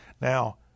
Now